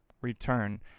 Return